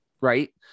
right